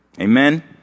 Amen